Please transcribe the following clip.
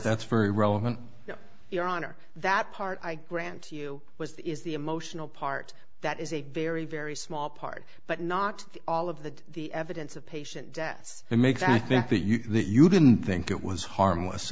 that's very relevant your honor that part i grant you was that is the emotional part that is a very very small part but not all of the the evidence of patient deaths it makes i think that you didn't think it was harmless